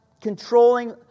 controlling